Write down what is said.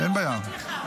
אין בעיה.